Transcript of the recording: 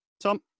Tom